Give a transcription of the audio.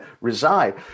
reside